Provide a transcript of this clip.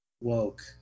woke